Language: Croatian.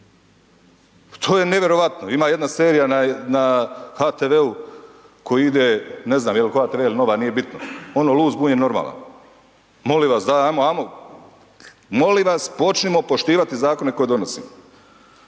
to je nevjerojatno. Ima jedna serija na HTV-u koja ide, ne znam jel HTV ili Nova ono Lud, zbunjen, normalan. Molim vas daj ajmo, molim vas počnimo poštivati zakone koje donosimo.